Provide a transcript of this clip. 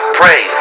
pray